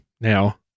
now